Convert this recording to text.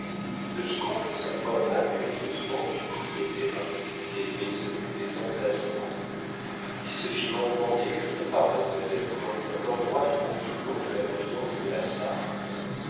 le vicomte s'informa curieusement du prix des terrains des maisons des emplacements il se fit longuement décrire par mademoiselle cormon l'endroit du confluent de la brillante et de la sarthe